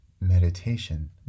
meditation